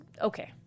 Okay